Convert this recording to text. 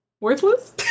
worthless